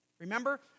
Remember